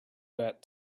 that